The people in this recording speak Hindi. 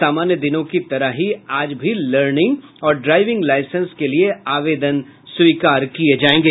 समान्य दिनों की तरह ही आज भी लर्निंग और ड्राइविंग लाईसेंस के लिये आवेदन स्वीकार होंगे